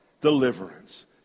deliverance